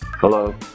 Hello